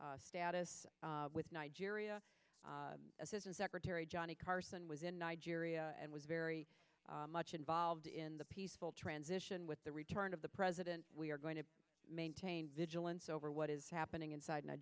status with nigeria assistant secretary johnny carson was in nigeria and was very much involved in the peaceful transition with the return of the president we are going to maintain vigilance over what is happening inside